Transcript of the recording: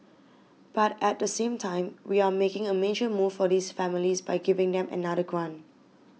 but at the same time we are making a major move for these families by giving them another grant